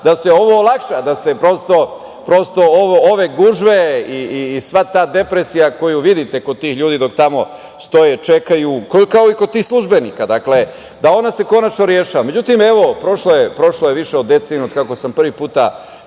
da se ovo olakša, da se prosto ove gužve i sva ta depresija koju vidite kod tih ljudi dok tamo stoje, čekaju, kao i kod tih službenika, da ona se konačno rešava.Međutim, evo, prošlo je više od decenije od kako sam prvi put